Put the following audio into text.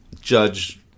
judge